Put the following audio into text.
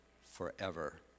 forever